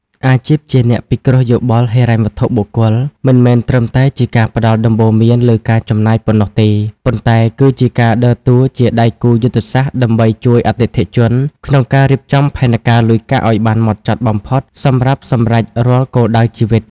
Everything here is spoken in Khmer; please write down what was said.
អាជីពជាអ្នកពិគ្រោះយោបល់ហិរញ្ញវត្ថុបុគ្គល មិនមែនត្រឹមតែជាការផ្ដល់ដំបូន្មានលើការចំណាយប៉ុណ្ណោះទេ ប៉ុន្តែគឺជាការដើរតួជាដៃគូយុទ្ធសាស្ត្រដើម្បីជួយអតិថិជនក្នុងការរៀបចំផែនការលុយកាក់ឱ្យបានហ្មត់ចត់បំផុតសម្រាប់សម្រេចរាល់គោលដៅជីវិត។